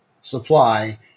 supply